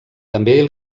també